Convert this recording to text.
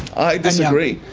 i disagree,